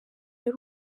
y’u